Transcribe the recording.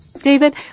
david